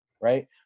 Right